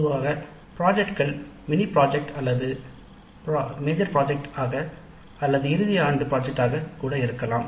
பொதுவாக பிராஜெக்ட்கள் mini project அல்லது ப்ராஜெக்ட் அல்லது இறுதி ஆண்டு ப்ராஜெக்ட் ஆக கூட இருக்கலாம்